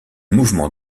mouvement